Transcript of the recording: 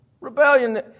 Rebellion